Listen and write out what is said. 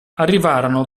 arrivarono